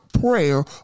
prayer